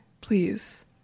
Please